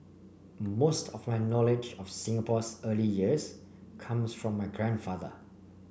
most of my knowledge of Singapore's early years comes from my grandfather